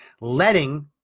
letting